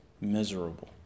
miserable